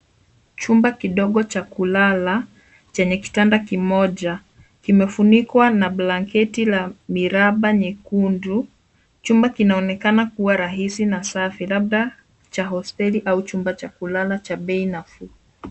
Chumba kidogo cha kulala chenye kitanda kimoja kimefunikwa na blanketi la miraba nyekundu. Chumba kinaonekana kuwa rahisi na safi labda cha hosteli au chumba cha kulala cha bei nafuu.